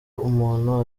umuntu